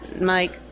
Mike